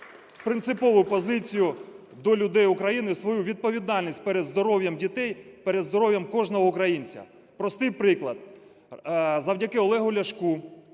принципову позицію до людей України, свою відповідальність перед здоров'ям дітей, перед здоров'ям кожного українця. Простий приклад. Завдяки Олегу Ляшку,